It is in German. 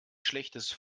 schlechtes